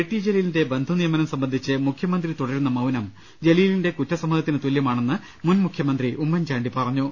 T ജലീലിന്റെ ബന്ധുനിയമനം സംബന്ധിച്ച് മൂഖ്യമന്ത്രി തുട രുന്ന മൌനം ജലീലിന്റെ കുറ്റസമ്മതത്തിന് തുല്യമാണെന്ന് മുൻമുഖ്യമന്ത്രി ഉമ്മൻചാണ്ടി പറഞ്ഞു